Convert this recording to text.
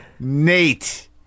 Nate